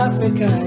Africa